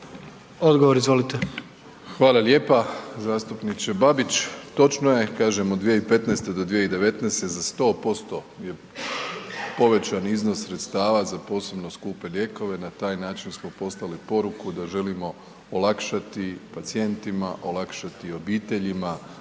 Andrej (HDZ)** Hvala lijepa, zastupniče Babić, točno je, kažem od 2015.-2019. za 100% je povećan iznos sredstava za posebno skupe lijekove, na taj način smo poslali poruku da želimo olakšati pacijentima, olakšati obiteljima,